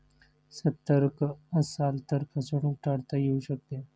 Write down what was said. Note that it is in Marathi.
सतर्क असाल तर फसवणूक टाळता येऊ शकते